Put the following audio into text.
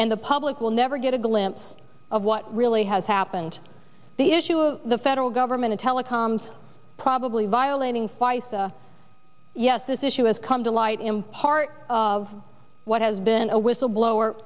and the public will never get a glimpse of what really has happened the issue of the federal government telecoms probably violating fice yes this issue has come to light in part of what has been a whistleblower